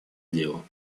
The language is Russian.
делу